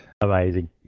amazing